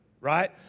right